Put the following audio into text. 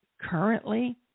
currently